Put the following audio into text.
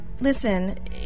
listen